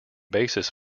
basis